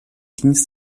dienst